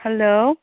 hello